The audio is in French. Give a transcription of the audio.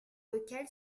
lequel